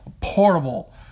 portable